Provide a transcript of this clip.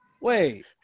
wait